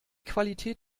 qualität